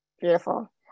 Beautiful